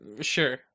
Sure